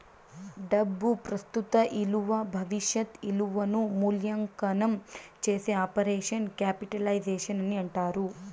డబ్బు ప్రస్తుత ఇలువ భవిష్యత్ ఇలువను మూల్యాంకనం చేసే ఆపరేషన్ క్యాపిటలైజేషన్ అని అంటారు